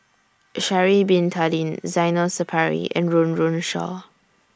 Sha'Ari Bin Tadin Zainal Sapari and Run Run Shaw